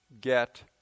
get